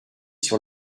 sur